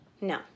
No